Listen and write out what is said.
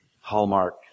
hallmark